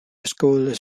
scoreless